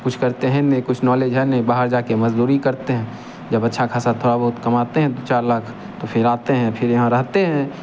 कुछ करते हैं नहीं कुछ नॉलेज है नहीं बाहर जाके मजदूरी करते जब अच्छा खासा थोड़ा बहुत कमाते हैं दो चार लाख तो फिर आते हैं फिर यहाँ रहते हैं